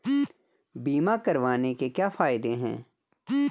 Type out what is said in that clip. बीमा करवाने के क्या फायदे हैं?